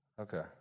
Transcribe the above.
Okay